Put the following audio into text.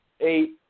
Eight